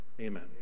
Amen